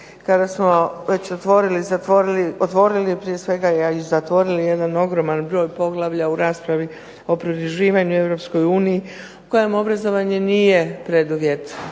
kada smo već otvorili i zatvorili, otvorili prije svega, a i zatvorili jedan ogroman broj poglavlja u raspravi o pridruživanju Europskoj uniji u kojem obrazovanje nije preduvjet